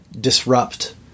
disrupt